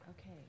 Okay